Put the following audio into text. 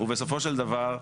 ובסופו של דבר,